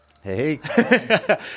Hey